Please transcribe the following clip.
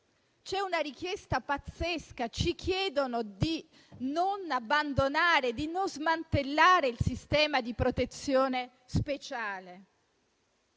C'è una richiesta pazzesca: ci chiedono di non abbandonare e di non smantellare il sistema di protezione speciale.